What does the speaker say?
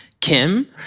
Kim